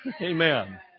Amen